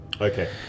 Okay